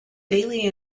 daily